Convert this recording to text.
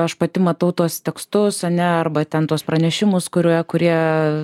aš pati matau tuos tekstus ane arba ten tuos pranešimus kuriuo kurie